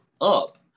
up